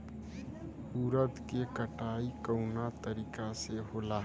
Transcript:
उरद के कटाई कवना तरीका से होला?